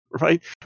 right